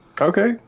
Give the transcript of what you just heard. Okay